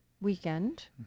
weekend